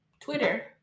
Twitter